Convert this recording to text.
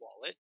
wallet